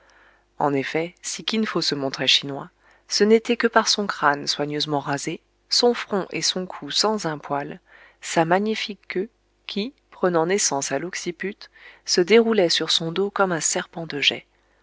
en effet si kin fo se montrait chinois ce n'était que par son crâne soigneusement rasé son front et son cou sans un poil sa magnifique queue qui prenant naissance à l'occiput se déroulait sur son dos comme un serpent de